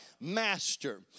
Master